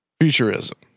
futurism